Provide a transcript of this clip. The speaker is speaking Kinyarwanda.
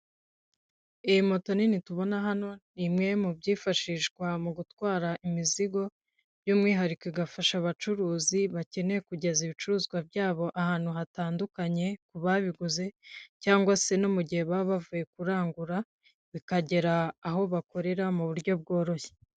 Iyi moto nini tubona hano, ni imwe mu byifashishwa mu gutwara imizigo, by'umwihariko igafasha abacuruzi bakeneye kugeza ibicuruzwa byabo ahantu hatandukanye, ku babiguze, cyangwa se no mu gihe baba bavuye kurangura, bikagera aho bakorera mu buryo bworoshye.